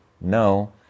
No